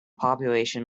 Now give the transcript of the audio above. population